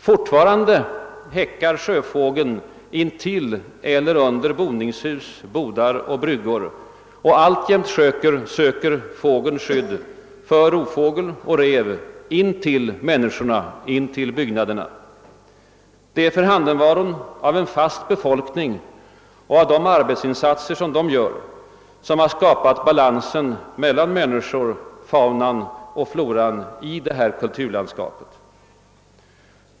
Alltjämt häckar sjöfågeln intill eller under boningshus, bodar och bryggor, och alltjämt söker den skydd för rovfågel och räv intill bebyggelsen. Det är förhandenvaron av en fast befolkning och dess arbetsinsatser som har skapat balansen mellan fauna, flora och människor i detta kulturlandskap.